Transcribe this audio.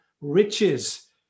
riches